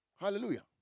Hallelujah